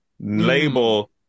label